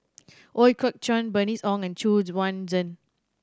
Ooi Kok Chuen Bernice Ong and Xu Yuan Zhen